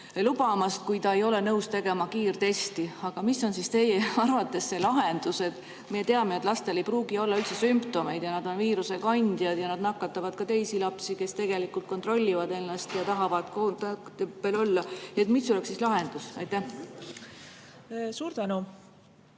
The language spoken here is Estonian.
lubamata, kui ta ei ole nõus tegema kiirtesti. Aga mis on siis teie arvates lahendus? Me teame, et lastel ei pruugi olla üldse sümptomeid, aga nad võivad olla viirusekandjad ja nakatada ka teisi lapsi, kes kontrollivad ennast ja tahavad kontaktõppel olla. Mis oleks siis lahendus? Aitäh, härra